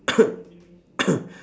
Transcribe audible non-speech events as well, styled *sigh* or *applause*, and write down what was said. *coughs*